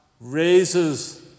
raises